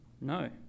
No